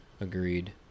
Agreed